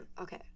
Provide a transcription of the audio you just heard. okay